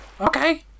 Okay